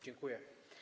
Dziękuję.